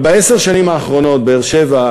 אבל בעשר השנים האחרונות באר-שבע,